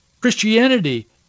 Christianity